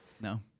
No